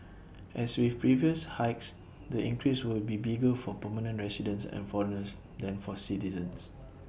as with previous hikes the increase will be bigger for permanent residents and foreigners than for citizens